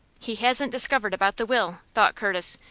he hasn't discovered about the will, thought curtis,